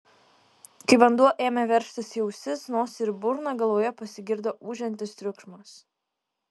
kai vanduo ėmė veržtis į ausis nosį ir burną galvoje pasigirdo ūžiantis triukšmas